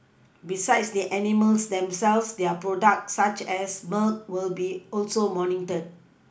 besides the animals themselves their products such as milk will also be monitored